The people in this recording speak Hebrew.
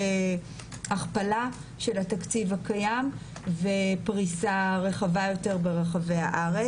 הכפלה של התקציב הקיים ופריסה רחבה יותר ברחבי הארץ.